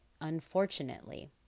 unfortunately